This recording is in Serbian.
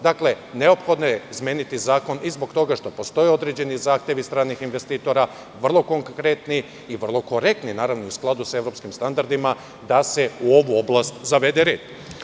Dakle, neophodno je izmeniti zakon i zbog toga što postoje određeni zahtevi stranih investitora, vrlo konkretnih i vrlo korektnih, naravno, u skladu sa evropskim standardima, da se u ovu oblast zavede red.